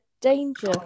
danger